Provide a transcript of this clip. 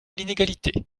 l’inégalité